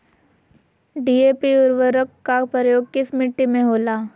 DAP उर्वरक का प्रयोग किस मिट्टी में होला?